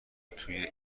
توی